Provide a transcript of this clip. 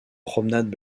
promenades